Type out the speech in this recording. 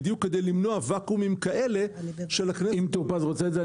בדיוק כדי למנוע וואקומים כאלה של -- אם טור פז רוצה את זה,